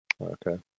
Okay